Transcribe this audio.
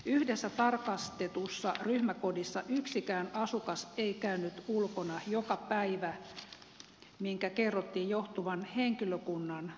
yhdessä tarkastetussa ryhmäkodissa yksikään asukas ei käynyt ulkona joka päivä minkä kerrottiin johtuvan henkilökunnan vähyydestä